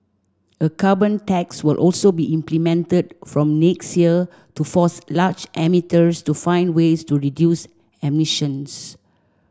a carbon tax will also be implemented from next year to force large emitters to find ways to reduce emissions